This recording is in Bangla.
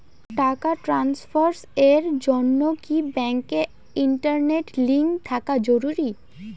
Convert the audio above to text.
টাকা ট্রানস্ফারস এর জন্য কি ব্যাংকে ইন্টারনেট লিংঙ্ক থাকা জরুরি?